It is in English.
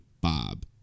Bob